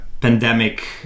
pandemic